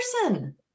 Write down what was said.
person